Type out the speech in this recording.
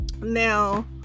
Now